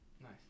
nice